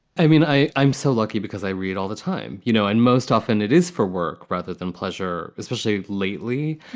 i mean, i'm so lucky because i read all the time, you know, and most often it is for work rather than pleasure. especially lately.